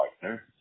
partner